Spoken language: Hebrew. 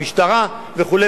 המשטרה וכו',